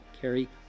Carrie